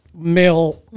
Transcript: male